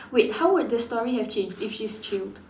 wait how would the story have changed if she's chilled